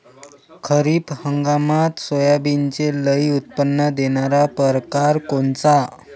खरीप हंगामात सोयाबीनचे लई उत्पन्न देणारा परकार कोनचा?